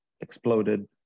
exploded